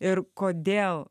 ir kodėl